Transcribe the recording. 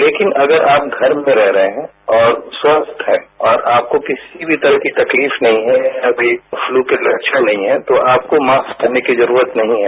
लेकिन अगर आप घर पर रह रहे हैं और स्वस्थ हैं और आपको किसी भी तरह की तकलीफ नहीं है या फिर पलू के लव्षण नहीं हैतो मास्क पहनने की जरूरत नहीं है